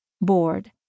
bored